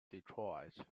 detroit